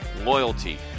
loyalty